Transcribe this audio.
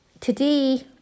today